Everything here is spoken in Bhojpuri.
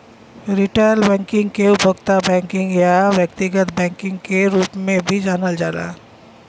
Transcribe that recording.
रिटेल बैंकिंग के उपभोक्ता बैंकिंग या व्यक्तिगत बैंकिंग के रूप में भी जानल जाला